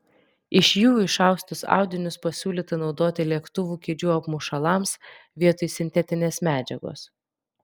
iš jų išaustus audinius pasiūlyta naudoti lėktuvų kėdžių apmušalams vietoj sintetinės medžiagos